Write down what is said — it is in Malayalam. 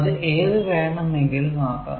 അത് ഏതു വേണ്ടമെങ്കിലും ആകാം